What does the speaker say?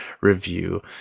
review